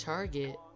Target